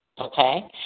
okay